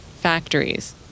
factories